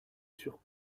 sur